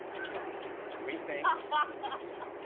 and dogs three things ah